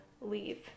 leave